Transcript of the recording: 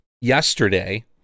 yesterday